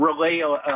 relay